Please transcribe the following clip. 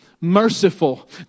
Merciful